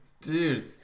Dude